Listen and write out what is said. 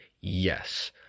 Yes